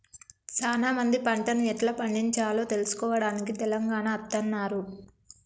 సానా మంది పంటను ఎట్లా పండిచాలో తెలుసుకోవడానికి తెలంగాణ అత్తన్నారు